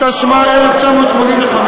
התשמ"ה 1985,